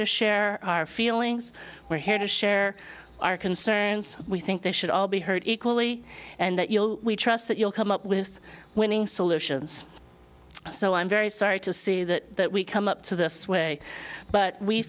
to share our feelings we're here to share our concerns we think they should all be heard equally and that you'll we trust that you'll come up with winning solutions so i'm very sorry to see that we come up to this way but we